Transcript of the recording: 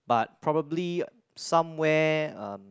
but probably somewhere um